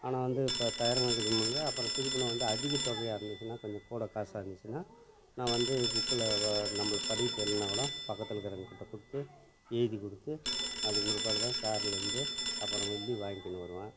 ஆனால் வந்து பத்தாயிரம் அதுக்கு மேலே இருந்தால் அப்புறம் திருப்பி நான் வந்து அதிக தொகையாக இருந்துச்சின்னா கொஞ்சம் கூட காசாக இருந்துச்சின்னா நான் வந்து புக்கில் வ நம்மளுக்கு படிக்க தெரியலைன்னாக் கூட பக்கத்தில் இருக்கிறவங்கள்ட்ட கொடுத்து எழுதி கொடுத்து அதுக்கும் பிற்பாடு தான் சாருலேருந்து அப்புறம் கொண்டு வாங்கிக்கிட்டு வருவேன்